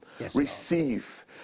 receive